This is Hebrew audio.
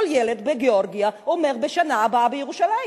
ילד בגאורגיה אומר: בשנה הבאה בירושלים.